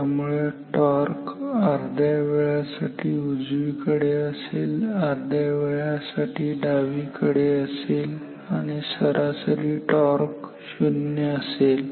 त्यामुळे टॉर्क अर्ध्या वेळासाठी उजवीकडे असेल अर्ध्या वेळासाठी डावीकडे असेल आणि सरासरी टॉर्क शून्य असेल